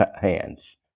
hands